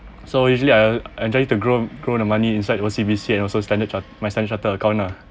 so usually I'm trying to grow grow the money inside O_C_B_C and also standard chart my standard chartered account lah